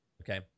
okay